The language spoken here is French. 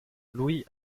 louis